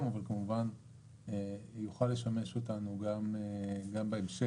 אבל כמובן יוכל לשמש אותנו גם בהמשך,